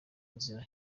nzira